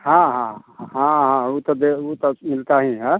हाँ हाँ हाँ हाँ वह तो दे वह तो मिलता ही है